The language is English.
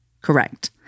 Correct